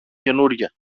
καινούρια